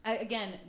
Again